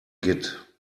git